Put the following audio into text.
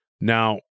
Now